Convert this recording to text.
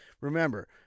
Remember